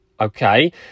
Okay